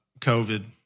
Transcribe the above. COVID